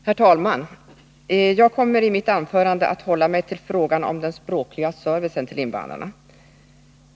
Herr talman! Jag kommer i mitt anförande att hålla mig till frågan om den språkliga servicen till invandrarna.